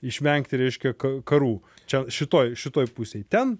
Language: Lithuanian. išvengti reiškia karų čia šitoj šitoj pusėj ten